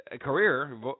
career